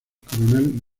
coronel